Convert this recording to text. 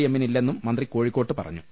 എമ്മിനില്ലെന്നും മന്ത്രി കോഴിക്കോട്ട് പറഞ്ഞു